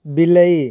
ବିଲେଇ